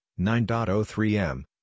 9.03M